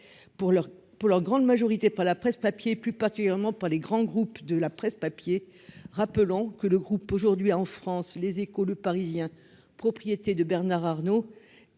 pour leur grande majorité, pas la presse papier plus particulièrement pour les grands groupes de la presse papier, rappelons que le groupe aujourd'hui en France, Les Échos-le Parisien, propriété de Bernard Arnault